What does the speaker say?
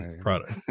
product